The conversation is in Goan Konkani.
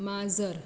माजर